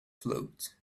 float